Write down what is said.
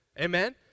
Amen